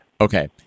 Okay